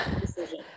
decision